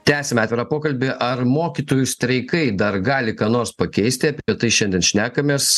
tęsiame atvirą pokalbį ar mokytojų streikai dar gali ką nors pakeisti apie tai šiandien šnekamės